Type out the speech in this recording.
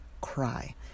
Cry